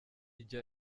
ijya